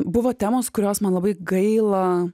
buvo temos kurios man labai gaila